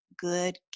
good